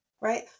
right